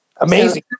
Amazing